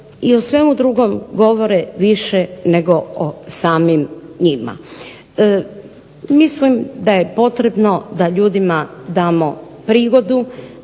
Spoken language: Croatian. i o svemu drugom govore više nego o samim njima. Mislim da je potrebno da ljudima damo prigodu